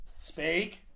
Speak